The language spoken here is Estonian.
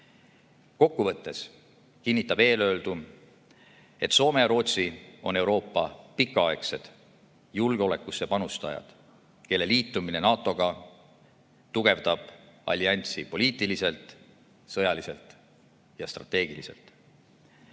Kokku võttes kinnitab eelöeldu, et Soome ja Rootsi on Euroopa pikaaegsed julgeolekusse panustajad, kelle liitumine NATO-ga tugevdab allianssi poliitiliselt, sõjaliselt ja strateegiliselt.